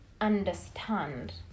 understand